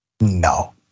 no